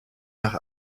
nach